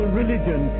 religion